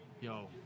Yo